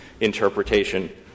interpretation